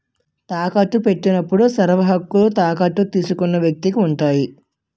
తాకట్టు పెట్టినప్పుడు సర్వహక్కులు తాకట్టు తీసుకున్న వ్యక్తికి ఉంటాయి